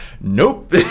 nope